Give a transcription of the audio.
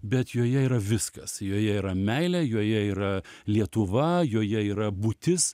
bet joje yra viskas joje yra meilė joje yra lietuva joje yra būtis